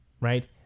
Right